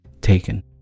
taken